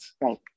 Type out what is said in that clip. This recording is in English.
Right